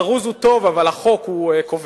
החרוז הוא טוב, אבל החוק קובע.